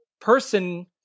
person